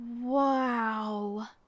Wow